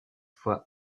fois